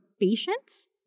patients